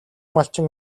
малчин